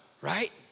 Right